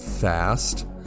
fast